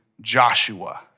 Joshua